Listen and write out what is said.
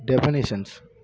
definitions